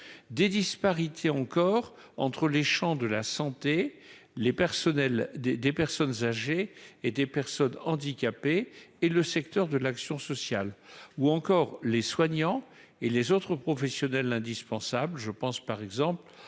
des disparités encore entre les champs de la santé, les personnels des des personnes âgées et des personnes handicapées et le secteur de l'action sociale ou encore les soignants et les autres professionnels l'indispensable, je pense par exemple